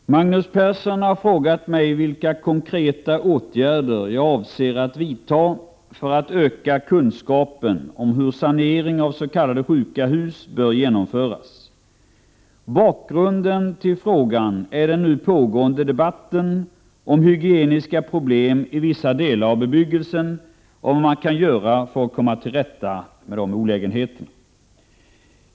Herr talman! Magnus Persson har frågat mig vilka konkreta åtgärder jag avser att vidta för att öka kunskapen om hur sanering av s.k. sjuka hus bör genomföras. Bakgrunden till frågan är den nu pågående debatten om hygieniska problem i vissa delar av bebyggelsen och vad man kan göra för att komma till rätta med dessa olägenheter.